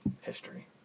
History